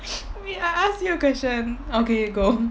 wait I ask you a question okay go